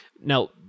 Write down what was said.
now